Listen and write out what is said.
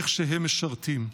איך שהם משרתים.